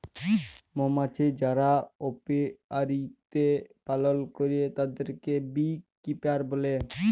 মমাছি যারা অপিয়ারীতে পালল করে তাদেরকে বী কিপার বলে